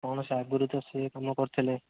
କୌଣସି ଆଗରୁ ତ ସିଏ କାମ କରିଥିଲେ